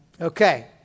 Okay